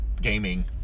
gaming